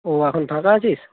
ও এখন ফাঁকা আছিস